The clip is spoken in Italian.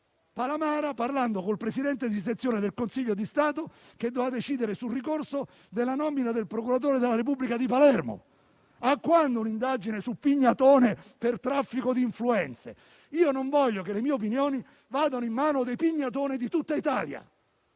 Palamara parlando col presidente di sezione del Consiglio di Stato, che doveva decidere sul ricorso per la nomina del procuratore della Repubblica di Palermo. A quando un'indagine su Pignatone per traffico di influenze? Io non voglio che le mie opinioni vadano in mano ai Pignatone di tutta Italia,